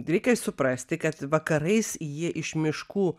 reikia suprasti kad vakarais jie iš miškų